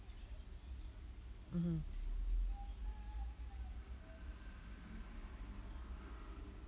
mmhmm